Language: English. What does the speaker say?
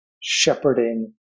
shepherding